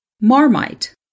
marmite